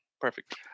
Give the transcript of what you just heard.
Perfect